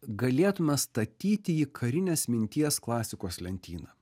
galėtume statyti į karinės minties klasikos lentyną